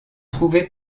trouvés